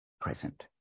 present